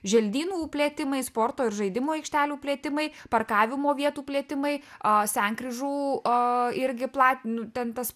želdynų plėtimai sporto ir žaidimų aikštelių plėtimai parkavimo vietų plėtimai a sankryžų a irgi platin nu ten tas